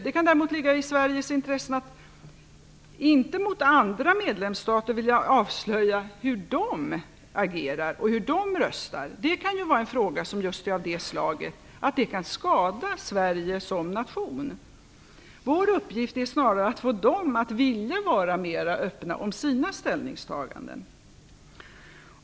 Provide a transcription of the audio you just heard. Det kan däremot ligga i Sveriges intresse att inte mot andra medlemsstater vilja avslöja hur de agerar och hur de röstar. Det kan ju vara en fråga som just är av det slaget att det kan kan skada Sverige som nation. Vår uppgift är snarare att få dem att vilja vara mera öppna om sina ställningstaganden.